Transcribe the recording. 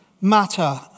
matter